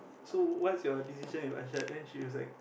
so what is your decision with ah Jack then she was like